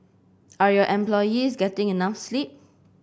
are your employees getting enough sleep